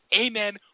amen